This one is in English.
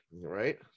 Right